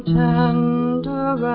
tender